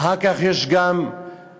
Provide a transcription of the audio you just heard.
ואחר כך יש גם סקר,